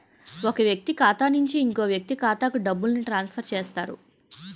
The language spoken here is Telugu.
ఒక వ్యక్తి ఖాతా నుంచి ఇంకో వ్యక్తి ఖాతాకు డబ్బులను ట్రాన్స్ఫర్ చేస్తారు